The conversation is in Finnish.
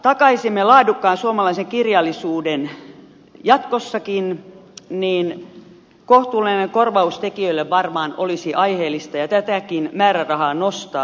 jotta takaisimme laadukkaan suomalaisen kirjallisuuden jatkossakin niin kohtuullinen korvaus tekijöille varmaan olisi aiheellinen ja tätäkin määrärahaa pitäisi nostaa